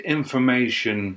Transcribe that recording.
information